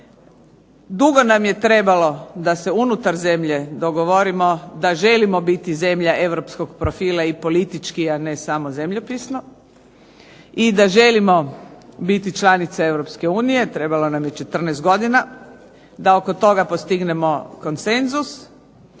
Dugo nam je trebalo da se unutar zemlje dogovorimo da želimo biti zemlja Europskog profila i politički a ne samo zemljopisno i da želimo biti članica Europske unije, trebalo nam je 14 godina da oko toga postignemo konsenzus